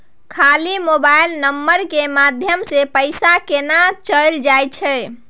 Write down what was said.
खाली mobile number के माध्यम से पैसा केना चल जायछै?